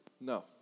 No